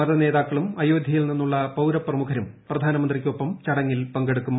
മതനേതാക്കളും അയോധ്യയിൽ നിന്നുള്ള പൌര പ്രമുഖരും പ്രധാനമന്ത്രിക്കൊപ്പം ചടങ്ങിൽ പങ്കെടുക്കും